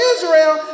Israel